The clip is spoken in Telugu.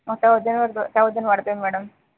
థౌజండ్ పడుతుం థౌజండ్ పడుతుంది మేడం